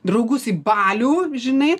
draugus į balių žinai